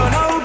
no